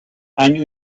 año